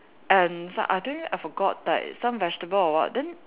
and some I think I forgot like some vegetable or what then